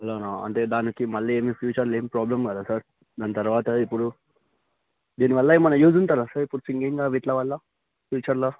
అలానా అంటే దానికి ఎప్పుడు మళ్ళీ ఫ్యూచర్లో ఏమి ప్రాబ్లం కాదా సార్ దాని తర్వాత ఇప్పుడు దీనివల్ల ఏమన్న యజ్ ఉంటుందా సార్ ఇప్పుడు సింగింగ్ వీటివల్ల ఫ్యూచర్లో